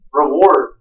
reward